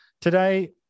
today